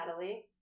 Natalie